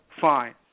fine